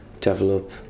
develop